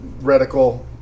reticle